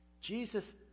Jesus